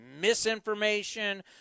misinformation